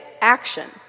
action